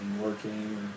working